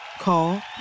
Call